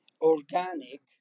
organic